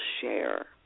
share